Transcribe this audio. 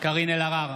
קארין אלהרר,